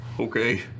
Okay